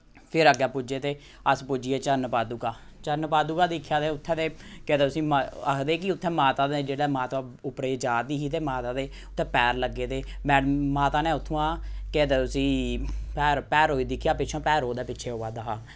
फिर अग्गै पुज्जे ते अस पुज्जी गे चरणपादुका चरणपादुका दिक्खेआ ते उत्थै ते केह् आखदे उसी म आखदे कि उत्थै माता दे जेह्ड़े माता उप्परै गी जा दी ही ते माता दे उत्थै पैर लग्गे दे मैड़ माता ने उत्थोआं केह् आखदे उसी भैरो भैरो गी दिक्खेआ पिच्छोआं भैरो ओह्दे पिच्छे अवा दा हा